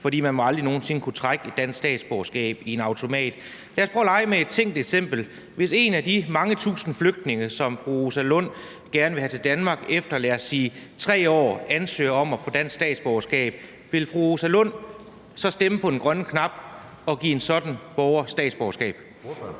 For man må aldrig nogen sinde kunne trække et dansk statsborgerskab i en automat. Lad os prøve at lege med et tænkt eksempel: Hvis en af de mange tusind flygtninge, som fru Rosa Lund gerne vil have til Danmark, efter, lad os sige 3 år, ansøger om at få dansk borgerskab, vil fru Rosa Lund så trykke på den grønne knap og give en sådan borger statsborgerskab?